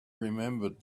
remembered